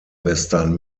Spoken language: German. western